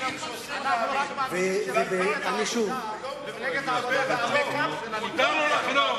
מותר לו לחלום.